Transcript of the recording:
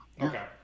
Okay